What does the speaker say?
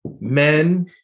Men